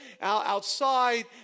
outside